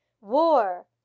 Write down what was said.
War